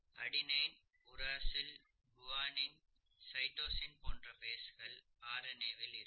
adenine uracil guanine cytosine போன்ற பேஸ்கள் RNA வில் இருக்கும்